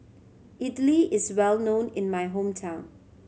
Idili is well known in my hometown